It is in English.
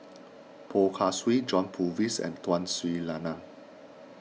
Poh Kay Swee John Purvis and Tun Sri Lanang